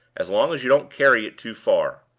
as long as you don't carry it too far.